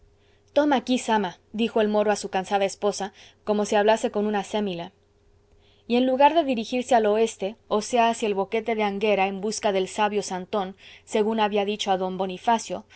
toma aquí zama dijo el moro a su cansada esposa como si hablase con una acémila y en lugar de dirigirse al oeste o sea hacia el boquete de anghera en busca del sabio santón según había dicho a d bonifacio